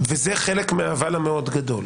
וזה חלק מהאבל המאוד גדול